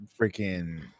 freaking